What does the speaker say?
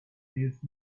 needs